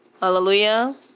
Hallelujah